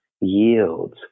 yields